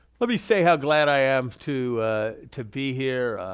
let me say how glad i am to to be here.